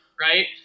right